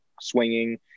swinging